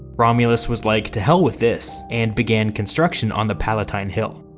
romulus was like to hell with this, and began construction on the palatine hill.